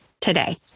today